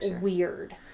weird